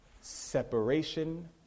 separation